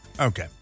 Okay